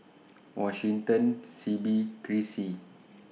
Washington Sibbie Chrissie